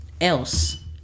else